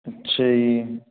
ਅੱਛਾ ਜੀ